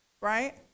right